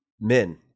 men